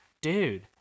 dude